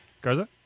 Garza